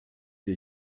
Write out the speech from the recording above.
ihr